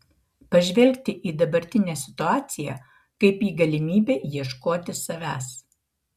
pažvelgti į dabartinę situaciją kaip į galimybę ieškoti savęs